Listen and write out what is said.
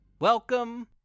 Welcome